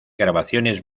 grabaciones